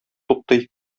туктый